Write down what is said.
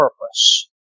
purpose